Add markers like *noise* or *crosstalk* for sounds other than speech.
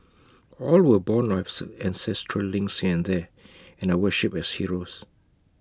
all were born or *unintelligible* ancestral links *unintelligible* there and worshipped as heroes